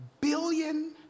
billion